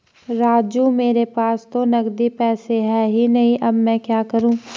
राजू मेरे पास तो नगदी पैसे है ही नहीं अब मैं क्या करूं